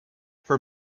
for